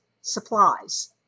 supplies